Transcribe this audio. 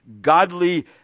godly